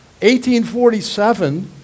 1847